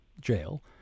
jail